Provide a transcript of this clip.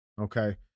okay